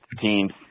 teams